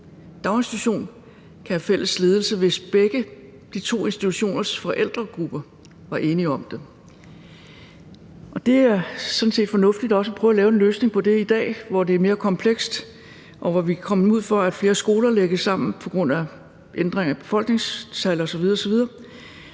daginstitution kan have fælles ledelse, hvis begge de to institutioners forældregruppe var enige om det. Og det er sådan set fornuftigt også at prøve at lave en løsning på det i dag, hvor det er mere komplekst, og hvor vi kan komme ud for, at flere skoler lægges sammen på grund af ændringer i befolkningstal osv.